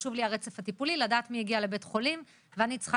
חשוב לי הרצף הטיפולי לדעת מי הגיעה לבית החולים ואני צריכה